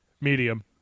Medium